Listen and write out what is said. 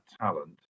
talent